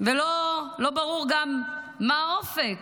וגם לא ברור גם מה האופק,